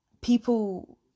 people